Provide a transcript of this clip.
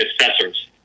assessors